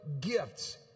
gifts